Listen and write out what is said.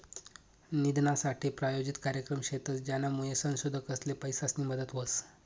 निधीनासाठे प्रायोजित कार्यक्रम शेतस, ज्यानामुये संशोधकसले पैसासनी मदत व्हस